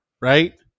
right